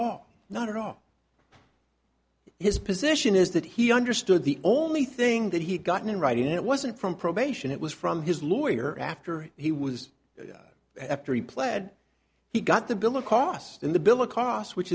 all not at all his position is that he understood the only thing that he got in writing it wasn't from probation it was from his lawyer after he was after he pled he got the bill of costs in the bill a cost which